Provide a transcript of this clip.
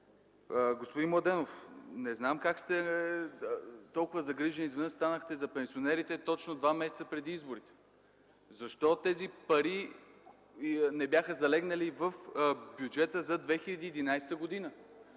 Господин Младенов, не зная кога станахте толкова загрижени за пенсионерите точно два месеца преди изборите? Защо тези пари не бяха залегнали в бюджета за 2011 г.?